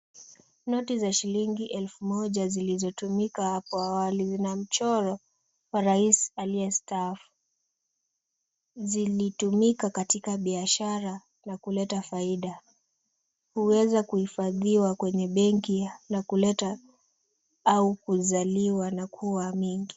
Noti za shilingi elfu moja zilizotumika hapo awali. Zina mchoro wa rais aliyestaafu. Zilitumika katika biashara na kuleta faida. Huweza kuhifadhiwa kwenye benki na kuleta au kuzaliwa na kuwa mingi.